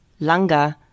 Langa